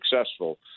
successful